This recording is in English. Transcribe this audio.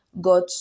got